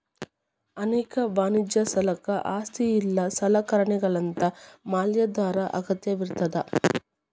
ಅನೇಕ ವಾಣಿಜ್ಯ ಸಾಲಕ್ಕ ಆಸ್ತಿ ಇಲ್ಲಾ ಸಲಕರಣೆಗಳಂತಾ ಮ್ಯಾಲಾಧಾರ ಅಗತ್ಯವಿರ್ತದ